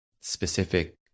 specific